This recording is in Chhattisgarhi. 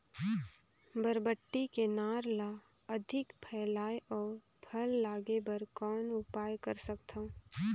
बरबट्टी के नार ल अधिक फैलाय अउ फल लागे बर कौन उपाय कर सकथव?